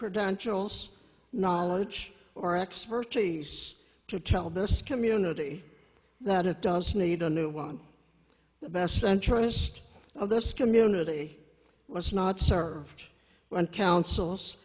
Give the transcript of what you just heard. credentials knowledge or expertise to tell this community that it does need a new one the best interest of this community was not served when councils